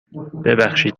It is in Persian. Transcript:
ببخشید